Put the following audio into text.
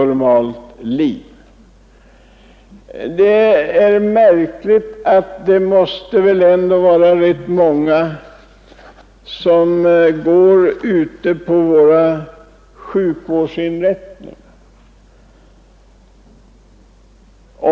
Det är märkligt, eftersom ändå rätt många människor på våra sjukvårdsinrättningar känner till detta.